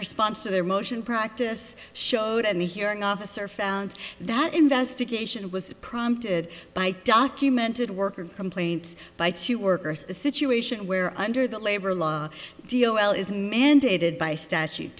response to their motion practice showed and the hearing officer found that investigation was prompted by documented worker complaints by two workers a situation where under the labor law deal is mandated by statute